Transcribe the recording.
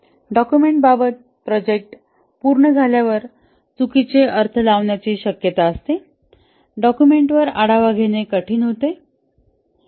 डॉक्युमेंटबाबत project पूर्ण झाल्यावर चुकीचे अर्थ लावण्याची शक्यता असते डॉक्युमेंटवर आढावा घेणे कठीण होते